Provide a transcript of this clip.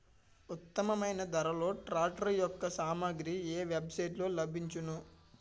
ఉత్తమమైన ధరలో ట్రాక్టర్ యెక్క సామాగ్రి ఏ వెబ్ సైట్ లో లభించును?